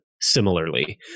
similarly